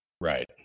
right